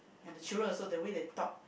and the children also the way they talk